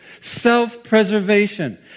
Self-preservation